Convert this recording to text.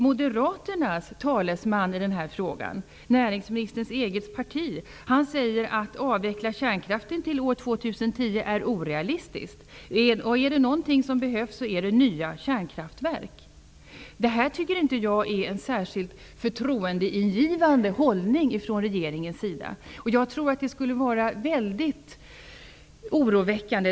Moderaternas talesman i den här frågan -- med andra ord en person från näringsministerns eget parti -- säger att det är orealistiskt att avveckla kärnkraften till år 2010 och att om det är något som behövs så är det nya kärnkraftverk. Det här tycker jag inte är en särskilt förtroendeingivande hållning från regeringens sida.